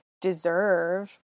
deserve